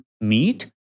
meat